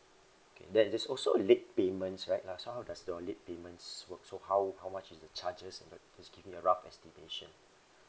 okay there is also late payments right uh so how does your late payment works so how how much is the charges just give me a rough estimation